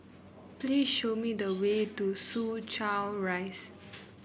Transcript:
please show me the way to Soo Chow Rise